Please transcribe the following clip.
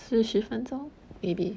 四十分钟 maybe